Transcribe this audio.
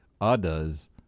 others